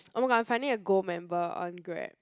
oh my god I'm finally a gold member on Grab